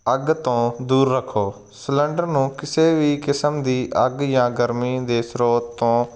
ਅੱਗ ਤੋਂ ਦੂਰ ਰੱਖੋ ਸਿਲੰਡਰ ਨੂੰ ਕਿਸੇ ਵੀ ਕਿਸਮ ਦੀ ਅੱਗ ਜਾਂ ਗਰਮੀ ਦੇ ਸਰੋਤ ਤੋਂ